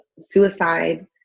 suicide